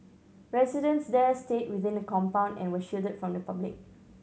residents there stayed within the compound and were shielded from the public